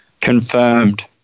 Confirmed